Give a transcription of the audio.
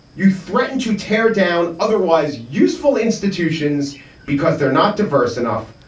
you threaten to tear down otherwise useful institutions because they're not diverse enough.